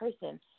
person